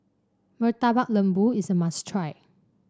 Murtabak Lembu is a must try